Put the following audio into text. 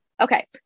okay